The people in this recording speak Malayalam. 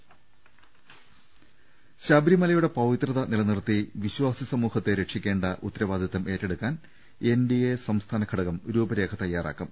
്്്്്്്് ശബരിമലയുടെ പവിത്രത നിലനിർത്തി വിശ്വാസി സമൂഹത്തെ സംര ക്ഷിക്കേണ്ട ഉത്തരവാദിത്വം ഏറ്റെടുക്കാൻ എൻ ഡി എ സംസ്ഥാന ഘടകം രൂപ രേഖ തയ്യാറാക്കും